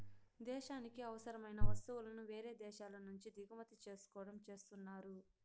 దేశానికి అవసరమైన వస్తువులను వేరే దేశాల నుంచి దిగుమతి చేసుకోవడం చేస్తున్నారు